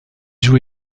joue